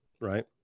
Right